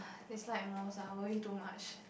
just like most ah worry too much